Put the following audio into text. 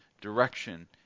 direction